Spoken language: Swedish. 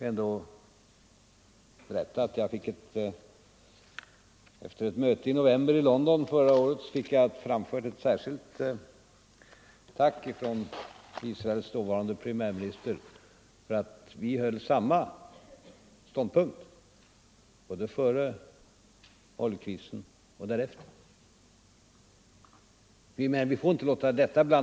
Jag kan i sammanhanget berätta att jag efter ett möte i London förra året fick ta emot ett särskilt tack från Israels dåvarande premiärminister för att vi intog samma ståndpunkt både före och efter oljekrisen. Vi kan inte blanda ihop de här sakerna.